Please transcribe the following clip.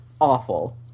awful